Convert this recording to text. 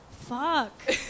Fuck